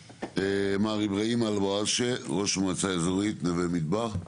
מר איברהים אל רואשה, ראש מועצה אזורית נווה מדבר.